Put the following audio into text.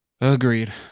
agreed